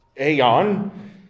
aeon